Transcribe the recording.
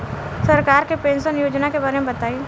सरकार के पेंशन योजना के बारे में बताईं?